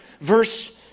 verse